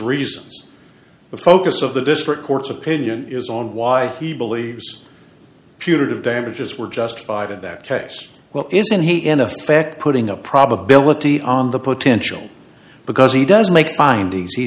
reasons the focus of the district court's opinion is on why he believes punitive damages were justified in that case well isn't he in effect putting a probability on the potential because he does make findings he